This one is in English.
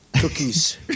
cookies